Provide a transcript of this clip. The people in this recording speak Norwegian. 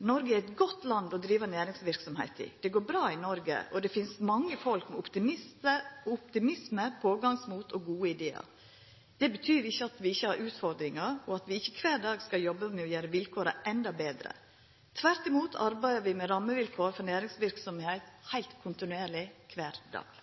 Noreg er eit godt land å driva næringsverksemd i. Det går bra i Noreg, og det finst mange folk med optimisme, pågangsmot og gode idear. Det betyr ikkje at vi ikkje har utfordringar, og at vi ikkje kvar dag skal jobba for å gjera vilkåra endå betre. Tvert imot arbeider vi med rammevilkår for næringsverksemd heilt kontinuerleg kvar dag.